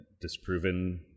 disproven